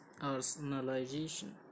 Arsenalization